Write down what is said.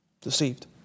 Deceived